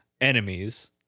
enemies